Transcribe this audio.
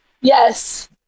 Yes